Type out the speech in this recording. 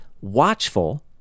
watchful